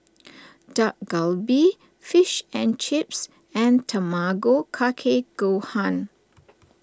Dak Galbi Fish and Chips and Tamago Kake Gohan